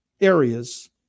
areas